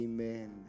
Amen